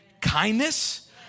kindness